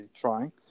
trying